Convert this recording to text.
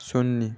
शून्य